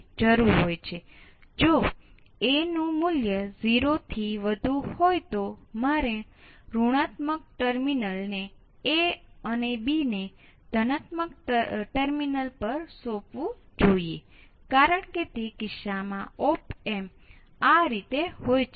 ચાલો આપણે કહીએ કે મારી પાસે ૯ કિલો ઓહમ સુધી મર્યાદિત રહેવું પડશે